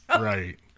Right